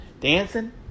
Dancing